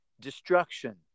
destruction